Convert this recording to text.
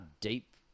deep